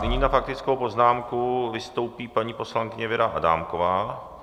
Nyní na faktickou poznámku vystoupí poslankyně Věra Adámková.